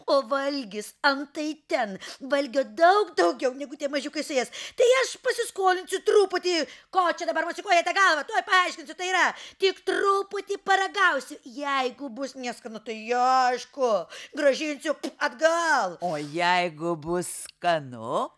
o valgis antai ten valgio daug daugiau negu tie mažiukai suės tai aš pasiskolinsiu truputį ko čia dabar mosikuojate galvą tuoj paaiškinsiu tai yra tik truputį paragausiu jeigu bus neskanu tai aišku grąžinsiu atgal o jeigu bus skanu